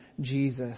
Jesus